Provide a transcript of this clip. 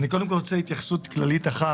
קודם כל התייחסות כללית אחת.